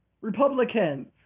Republicans